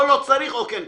או לא צריך, או כן צריך.